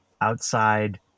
outside